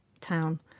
town